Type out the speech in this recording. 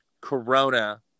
Corona